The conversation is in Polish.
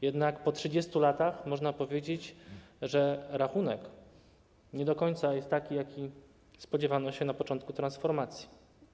Jednak po 30 latach można powiedzieć, że rachunek nie do końca jest taki, jaki spodziewano się na początku transformacji.